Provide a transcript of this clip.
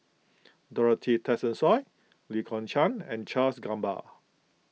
Dorothy Tessensohn Lee Kong Chian and Charles Gamba